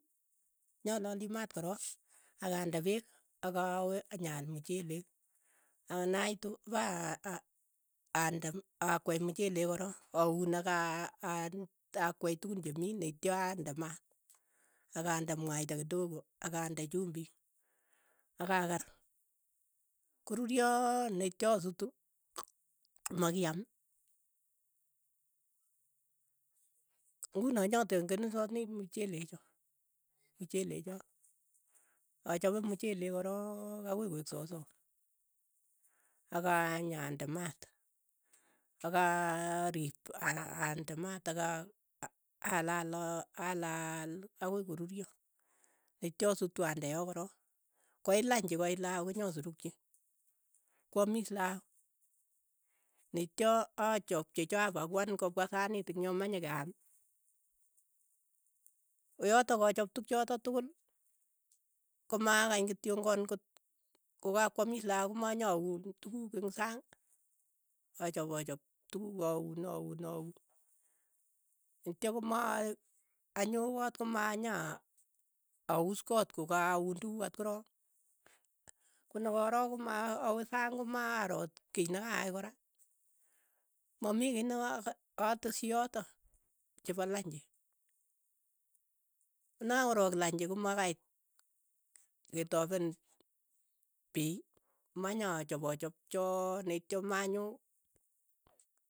Nyalali maat korook, ak ande peek, akawe nyaal mchelek, anaitu paa- a- ande akwei mchelek korok, auun aka aa- akwei tukun chemii netya aande maat, akande mwaita kidogo, akande chumbik, aka akeer, koruryoo, netya sutu, ko makiaam, ng'uno nya teng'enesani mchelek cho, mchelek cho, achape mchelek korook akoi koeek sosoo, akanyaande maat, akaaaa riip, a- aande maat ak aa- ala- alaaaal akoi koruryo, atya asutu ande yo korook, koit lanchi koit lakook konyasurukchi, kwamiis lakook, neitcha achap chechook apakuan kopwa saniit eng' yo, komanyekeaam, koyotok kachop tukchotok tukul, komakany kityongan kot kokwamiss lakok komanyauun tuk- tukuuk eng' saang, achap achap tukuuk auun auun auun kotya komaa anyoo koot komanyauus koot kokauun tukuk atkorook, konokorook koma awe sang komaro kiy nekaai kora, mamii kiy nekaateshi yotok, chepo lanchi, konekakorok lanchi komakait ketopon piiy, manyachopn achop choo netya komanyoo.